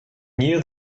knew